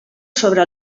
sobre